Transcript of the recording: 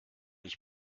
ich